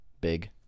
big